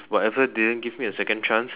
whatever didn't give me a second chance